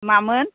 मामोन